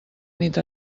nit